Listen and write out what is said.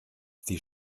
sie